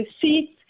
seats